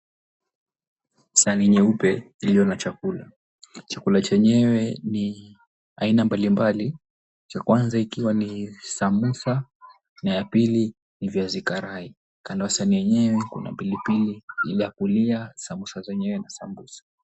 Sahani nyeupe iliyo na chakula. Chakula chenyewe ni aina mbalimbali, cha kwanza ikiwa ni sambusa na ya pili ni viazi karai. Kando ya sahani yenyewe kuna pilipili ile ya kulia sambusa zenyewe na sambusa.